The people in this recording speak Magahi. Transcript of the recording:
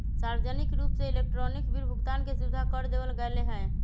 सार्वजनिक रूप से इलेक्ट्रॉनिक बिल भुगतान के सुविधा कर देवल गैले है